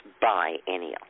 biennial